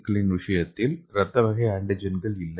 க்களின் விஷயத்தில் இரத்தக் வகை ஆன்டிஜென்கள் இல்லை